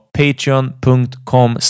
patreon.com